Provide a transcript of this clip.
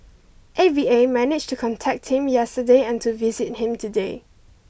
A V A managed to contact him yesterday and to visit him today